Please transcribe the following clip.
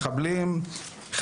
מחבלים,